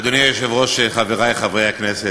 אדוני היושב-ראש, חברי חברי הכנסת,